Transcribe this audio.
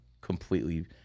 completely